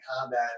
combat